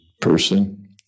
person